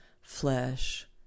flesh